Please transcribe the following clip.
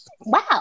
Wow